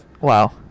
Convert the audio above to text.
Wow